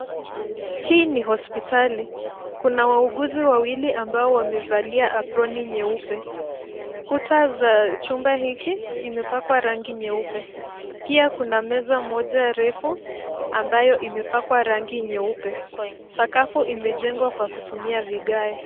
Hii ni hospitali. Kuna wauguzi wawili ambao wamevalia aproni nyeupe. Kuta za chumba hiki imepakwa rangi nyeupe. Pia kuna meza moja refu ambayo imepakwa rangi nyeupe. Sakafu imejengwa kwa kutumia vigae.